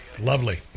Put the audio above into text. Lovely